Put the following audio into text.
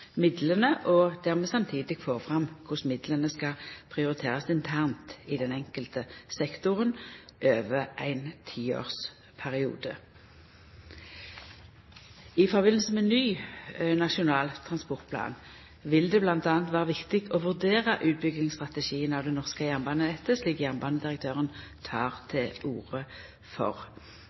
samtidig får fram korleis midlane skal prioriterast internt i den einskilde sektoren over ein tiårsperiode. I samband med ny Nasjonal transportplan i 2013 vil det bl.a. vera viktig å vurdera utbyggingsstrategien av det norske jernbanenettet, slik jernbanedirektøren tek til orde for